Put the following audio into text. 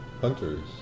hunters